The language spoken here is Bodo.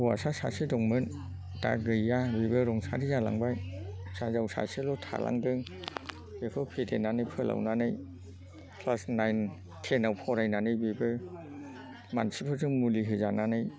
हौवासा सासे दंमोन दा गैया बेबो रुंसारि जालांबाय फिसा हिन्जाव सासेल' थालांदों बेखौ फेदेरनानै फोलावनानै ख्लास नाइन थेनआव फरायनानै बेबो मानसिफोरजों मुलि होजानानै